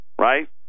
right